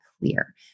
clear